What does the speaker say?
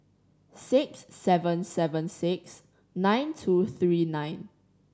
six seven seven six nine two three nine